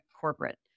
corporate